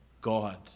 God